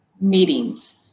meetings